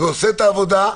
ועושה את העבודה.